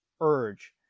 urge